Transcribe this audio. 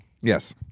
Yes